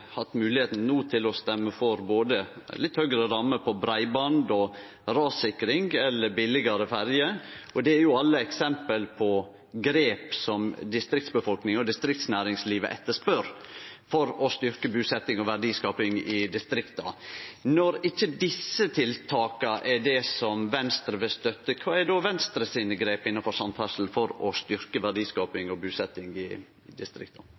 no hatt moglegheita til å stemme for både litt høgare ramme for breiband og rassikring eller billegare ferjer. Desse er alle eksempel på grep befolkninga og næringslivet i distrikta etterspør for å styrkje busetting og verdiskaping i distrikta. Når ikkje desse tiltaka er det som Venstre vil støtte, kva er då Venstre sine grep innanfor samferdsel for å styrkje verdiskaping og busetting i distrikta?